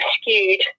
skewed